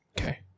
Okay